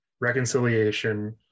reconciliation